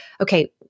okay